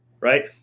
right